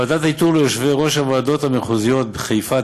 ועדות האיתור ליושבי-ראש הוועדות המחוזיות בחיפה,